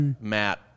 Matt